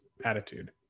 attitude